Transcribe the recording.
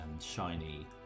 shiny